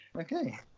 Okay